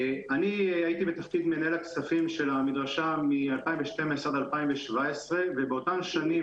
אני הייתי בתקציב מנהל הכספים של המדרשה מ-2012 עד 2017. באותן שנים,